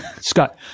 Scott